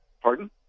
pardon